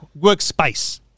Workspace